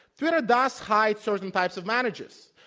twitter does hide certain types of messages.